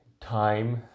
time